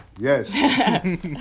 yes